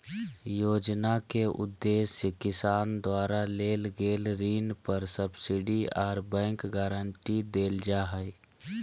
योजना के उदेश्य किसान द्वारा लेल गेल ऋण पर सब्सिडी आर बैंक गारंटी देल जा हई